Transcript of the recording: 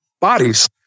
bodies